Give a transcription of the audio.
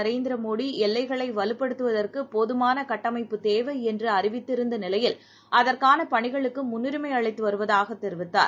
நரேந்திரமோடிஎல்லைகளைவலுப்படுத்துவதற்குபோதுமானகட்டமைப்புத் தேவைஎன்றுஅறிவித்திருந்தநிலையில் அதற்கானபணிகளுக்குமுன்னுரிமைஅளித்துவருவதாகதெரித்தார்